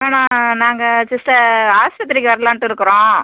ஆ நான் நாங்கள் சிஸ்டர் ஆஸ்பத்திரிக்கு வரலான்ட்டு இருக்கிறோம்